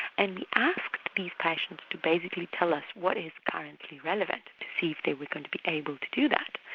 and we asked these patients to basically tell us what is currently relevant, to see if they were going to be able to do that,